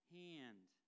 hand